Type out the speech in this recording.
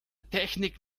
technik